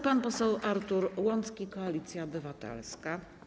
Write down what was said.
Pan poseł Artur Łącki, Koalicja Obywatelska.